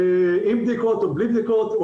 עם בדיקות או בלי בדיקות,